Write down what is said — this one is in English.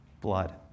blood